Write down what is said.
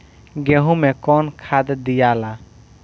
गेहूं मे कौन खाद दियाला?